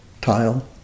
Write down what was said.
tile